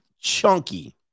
chunky